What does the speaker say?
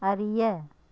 அறிய